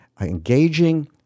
engaging